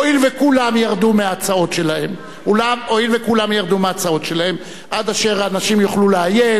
הואיל וכולם ירדו מההצעות שלהם עד אשר האנשים יוכלו לעיין,